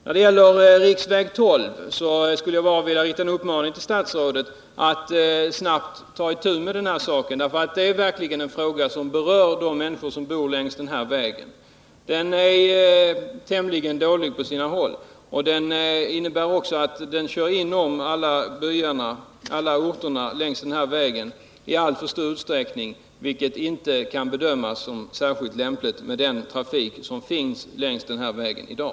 När det gäller riksväg 12 skulle jag vilja rikta en uppmaning till statsrådet att snabbt ta itu med denna, ty det är verkligen en fråga som är viktig för de människor som bor längs denna väg. På sina håll är vägen tämligen dålig. Den går i alltför stor utsträckning rätt igenom de olika orterna, vilket inte kan anses som särskilt lämpligt med hänsyn till den trafik som finns längs denna väg i dag.